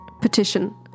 petition